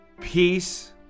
peace